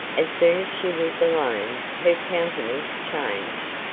as soon as she was alone, her countenance changed,